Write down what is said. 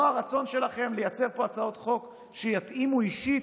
לא הרצון שלכם לייצר פה הצעות חוק שיתאימו אישית